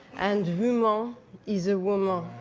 and woman is a woman.